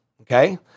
okay